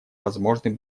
возможный